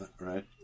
right